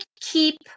keep